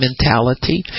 mentality